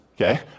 okay